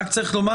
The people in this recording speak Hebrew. רק יש לומר